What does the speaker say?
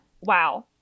wow